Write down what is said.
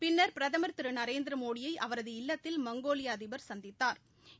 பின்னா பிரதமா் திரு நரேந்திரமோடியை அவரது இல்லத்தில் மங்கோலிய அதிபா் சந்தித்தாா்